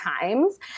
times